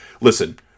listen